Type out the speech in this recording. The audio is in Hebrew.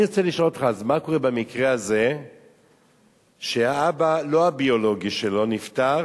אני רוצה לשאול אותך: אז מה קורה במקרה הזה שהאבא הלא-ביולוגי שלו נפטר,